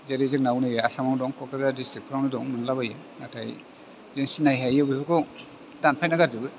जेरै जोंनाव नै आसामाव दं दा कक्राझार डिसट्रिकफ्रावनो नुला बायो नाथाय जों सिनाय हायैयाव बेफोरखौ दानफायना गारजोबो